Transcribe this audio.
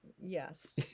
yes